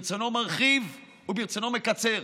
ברצונו מרחיב וברצונו מקצר.